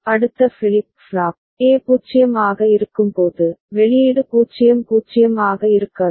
அடுத்த flip flop A 0 ஆக இருக்கும்போது வெளியீடு 0 0 ஆக இருக்காது